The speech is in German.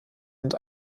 und